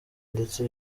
ndetse